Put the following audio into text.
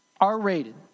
R-rated